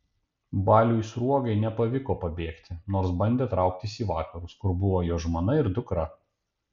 baliui sruogai nepavyko pabėgti nors bandė trauktis į vakarus kur buvo jo žmona ir dukra